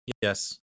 Yes